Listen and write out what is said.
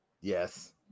yes